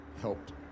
helped